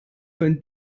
von